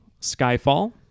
Skyfall